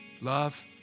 Love